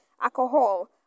alcohol